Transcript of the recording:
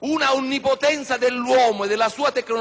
un'onnipotenza dell'uomo e della sua tecnologia che violenta la dignità della persona.